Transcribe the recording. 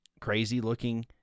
crazy-looking